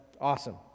awesome